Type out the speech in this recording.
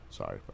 Sorry